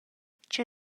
cha